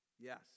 Yes